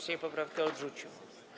Sejm poprawkę odrzucił.